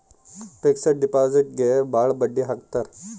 fixed ಡಿಪಾಸಿಟ್ಗೆ ಭಾಳ ಬಡ್ಡಿ ಹಾಕ್ತರ